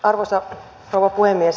arvoisa rouva puhemies